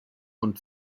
und